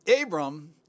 Abram